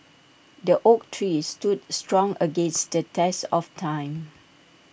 the oak tree stood strong against the test of time